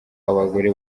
abagore